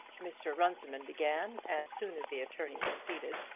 mr. runciman began as soon as the attorney was seated.